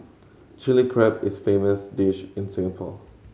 Chilli Crab is a famous dish in Singapore